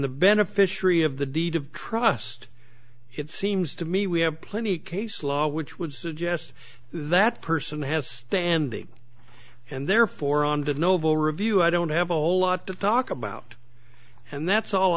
the beneficiary of the deed of trust it seems to me we have plenty case law which would suggest that person has standing and therefore on the noble review i don't have a whole lot to talk about and that's all